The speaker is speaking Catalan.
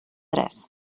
tres